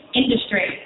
industry